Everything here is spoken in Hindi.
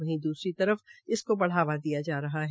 वहीं दूसरी तरफ इसको बढ़ावा दिया जा रहा है